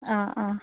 অঁ অঁ